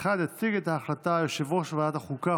2021. יציג את ההחלטה יושב-ראש ועדת החוקה,